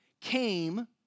came